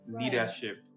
leadership